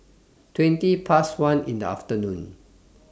twenty Past one in The afternoon